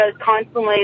constantly